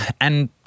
And-